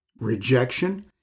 rejection